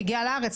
הגיעה לארץ,